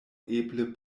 eble